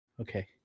Okay